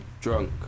drunk